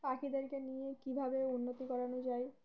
পাখিদেরকে নিয়ে কীভাবে উন্নতি করানো যায়